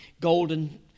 golden